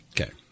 Okay